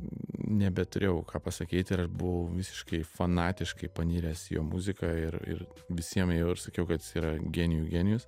nebeturėjau ką pasakyt ir aš buvau visiškai fanatiškai paniręs į jo muziką ir ir visiem ėjau ir sakiau kad jis yra genijų genijus